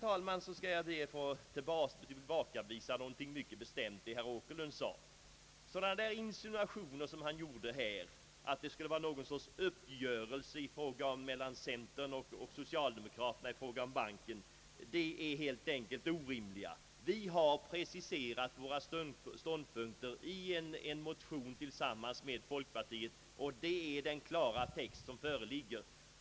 Till slut, herr talman, vill jag mycket bestämt tillbakavisa vad herr Åkerlund sade. Han insinuerar att här skulle föreligga en uppgörelse mellan centern och socialdemokraterna i fråga om banken. Det är helt orimligt. Vi har preciserat våra ståndpunkter i en motion tillsammans med folkpartiet. Det är den klara text som föreligger.